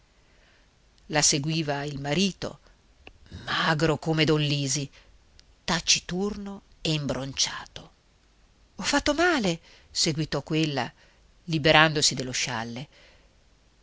la seguiva il marito magro come don lisi taciturno e imbronciato ho fatto male seguitò quella liberandosi dello scialle